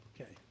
Okay